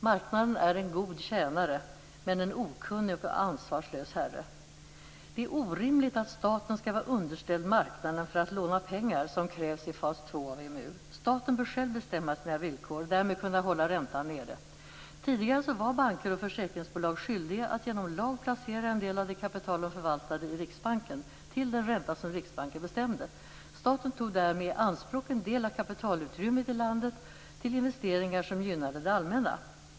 Marknaden är en god tjänare men en okunnig och ansvarslös herre. Det är orimligt att staten skall vara underställd marknaden för att låna pengar, som krävs i fas 2 av EMU. Staten bör själv bestämma sina villkor och därmed kunna hålla räntan nere. Tidigare var banker och försäkringsbolag skyldiga genom lag att placera en del av det kapital de förvaltade i Riksbanken till den ränta som Riksbanken bestämde. Staten tog därmed i anspråk en del av kapitalutrymmet i landet till investeringar som gynnade det allmänna.